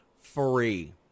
Free